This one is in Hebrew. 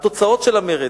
התוצאות של המרד.